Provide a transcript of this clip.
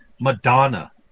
Madonna